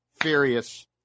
Furious